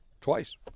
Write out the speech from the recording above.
Twice